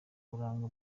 buranga